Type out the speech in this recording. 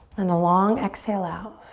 and the long exhale out